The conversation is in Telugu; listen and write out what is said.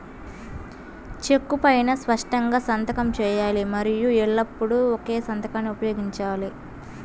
చెక్కు పైనా స్పష్టంగా సంతకం చేయాలి మరియు ఎల్లప్పుడూ ఒకే సంతకాన్ని ఉపయోగించాలి